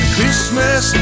Christmas